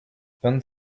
vingt